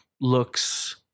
looks